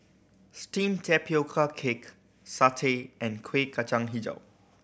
steamed tapioca cake satay and Kuih Kacang Hijau